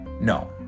No